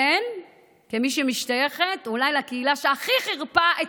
כמי שמשתייכת אולי לקהילה שהכי חירפה את